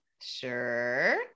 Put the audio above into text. Sure